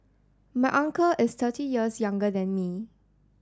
my uncle is thirty years younger than me